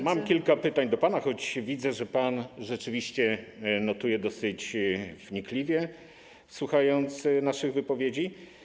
Mam kilka pytań do pana, choć widzę, że pan rzeczywiście notuje dosyć wnikliwie, słuchając naszych wypowiedzi.